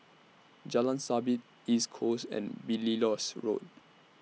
Jalan Sabit East Coast and Belilios Road